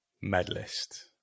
medalist